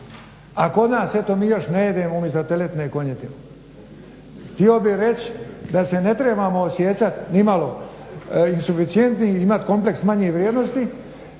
A kod nas eto mi još ne jedemo umjesto teletine konjetinu. Htio bih reći da se ne trebamo osjećati nimalo i suficijentni i imat kompleks male vrijednosti.